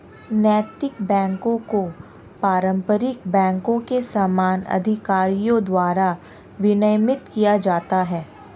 नैतिक बैकों को पारंपरिक बैंकों के समान अधिकारियों द्वारा विनियमित किया जाता है